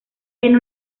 tiene